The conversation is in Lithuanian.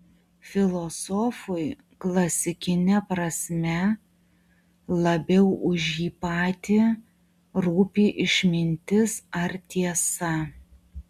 filosofui klasikine prasme labiau už jį patį rūpi išmintis ar tiesa